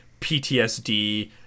PTSD